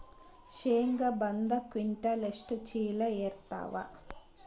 ಶೇಂಗಾ ಒಂದ ಕ್ವಿಂಟಾಲ್ ಎಷ್ಟ ಚೀಲ ಎರತ್ತಾವಾ?